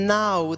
now